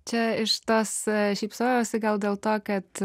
čia iš tos šypsojosi gal dėl to kad